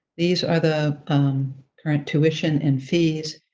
these are the current tuition and fees.